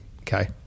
okay